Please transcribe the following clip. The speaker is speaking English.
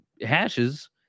hashes